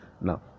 now